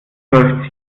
läuft